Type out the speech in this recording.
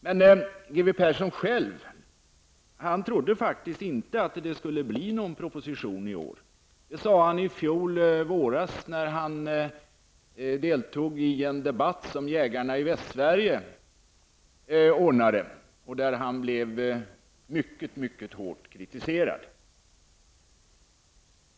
Leif G W Persson själv trodde faktiskt inte att det skulle komma någon proposition i år. Det sade han på våren i fjol, då han deltog i en debatt som jägarna i Västsverige anordnade. Han blev då synnerligen hårt kritiserad.